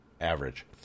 average